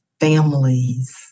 families